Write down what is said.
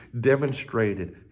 demonstrated